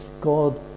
God